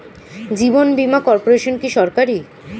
জীবন বীমা কর্পোরেশন কি সরকারি?